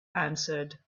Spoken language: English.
answered